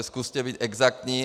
Zkuste být exaktní.